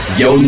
yo